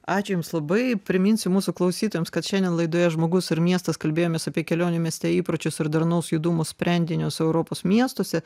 ačiū jums labai priminsiu mūsų klausytojams kad šiandien laidoje žmogus ir miestas kalbėjomės apie kelionių mieste įpročius ir darnaus judumo sprendinius europos miestuose